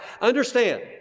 understand